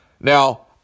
Now